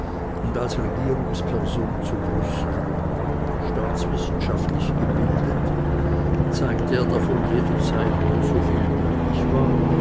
und als regierungsperson zu brüsten staatswissenschaftlich gebildet zeigte er davon jederzeit nur soviel nötig war